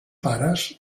pares